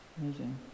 Amazing